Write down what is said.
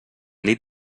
nit